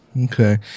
okay